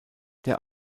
der